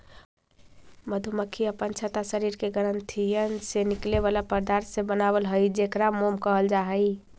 मधुमक्खी अपन छत्ता शरीर के ग्रंथियन से निकले बला पदार्थ से बनाब हई जेकरा मोम कहल जा हई